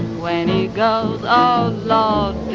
when he goes oh lordy